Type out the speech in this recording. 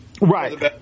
Right